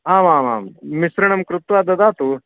आमामां मिश्रणं कृत्वा ददातु